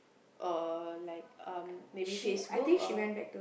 or like uh maybe Facebook or